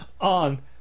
on